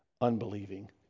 unbelieving